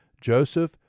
joseph